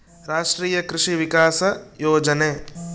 ರಾಷ್ಟ್ರೀಯ ಕೃಷಿ ವಿಕಾಸ ಯೋಜನೆ